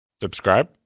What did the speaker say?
Subscribe